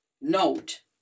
note